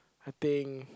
I think